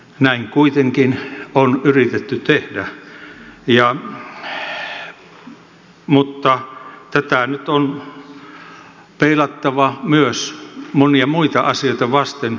näin kuitenkin on yritetty tehdä mutta tätä nyt on peilattava myös monia muita asioita vasten